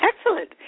Excellent